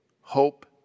hope